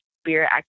spirit